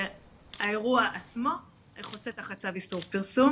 האירוע עצמו חוסה תחת צו איסור פרסום